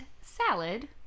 salad